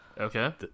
Okay